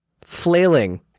flailing